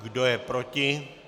Kdo je proti?